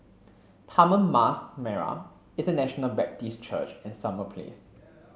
Taman Mas Merah International Baptist Church and Summer Place